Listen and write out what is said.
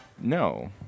No